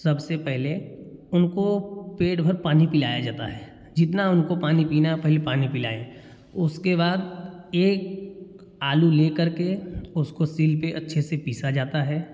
सबसे पहले उनको पेट भर पानी पिलाया जाता है जितना उनको पानी पीना है पहले पानी पिलाएँ उसके बाद एक आलू लेकर के उसको सील पर अच्छे से पीसा जाता है